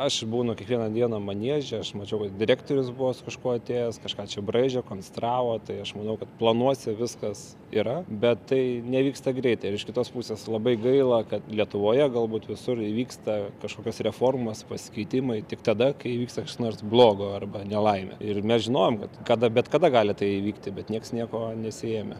aš būnu kiekvieną dieną manieže aš mačiau kad direktorius buvo su kažkuo atėjęs kažką čia braižė konstravo tai aš manau kad planuose viskas yra bet tai nevyksta greitai ir iš kitos pusės labai gaila kad lietuvoje galbūt visur įvyksta kažkokios reformos pasikeitimai tik tada kai įvyksta kas nors blogo arba nelaimė ir mes žinojom kad kada bet kada gali tai įvykti bet nieks nieko nesiėmė